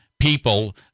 people